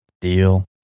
deal